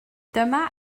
dyma